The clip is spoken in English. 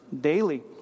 daily